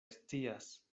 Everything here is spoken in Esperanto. scias